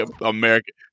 American